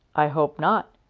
i hope not.